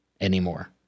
anymore